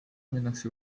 minnakse